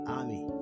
army